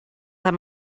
amb